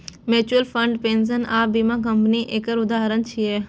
mutual fund, pension आ बीमा company एकर उदाहरण छियै